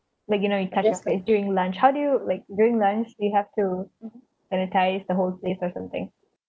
like you know you participate during lunch how do you like during lunch you have to sanitise the whole place or something